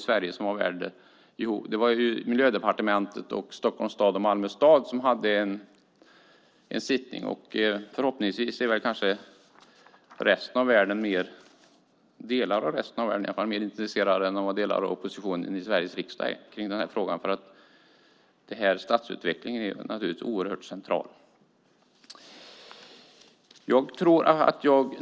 Sverige var värd, och Miljödepartementet, Stockholms stad och Malmö stad hade en sittning. Förhoppningsvis är delar av resten av världen mer intresserade än vad delar av oppositionen i Sveriges riksdag är i den frågan. Stadsutveckling är naturligtvis oerhört centralt.